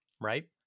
right